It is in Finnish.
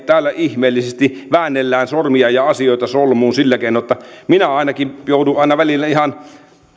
täällä suomessa ihmeellisesti väännellään sormia ja asioita solmuun sillä keinoin että minä ainakin joudun aina välillä ihan